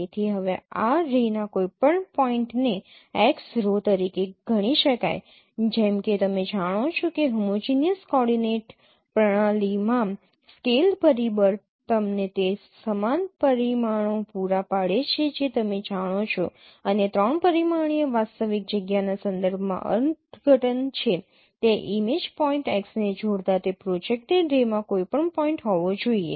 તેથી હવે આ રે ના કોઈપણ પોઈન્ટને x rho તરીકે ગણી શકાય જેમ કે તમે જાણો છો કે હોમોજીનીયસ કોઓર્ડિનેટ પ્રણાલીમાં સ્કેલ પરિબળ તમને તે સમાન પરિમાણો પૂરા પાડે છે જે તમે જાણો છો અને ૩ પરિમાણીય વાસ્તવિક જગ્યાના સંદર્ભમાં અર્થઘટન છે તે ઇમેજ પોઇન્ટ x ને જોડતા તે પ્રોજેકટેડ રે માં કોઈ પણ પોઈન્ટ હોવો જોઈએ